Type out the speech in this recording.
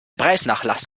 preisnachlass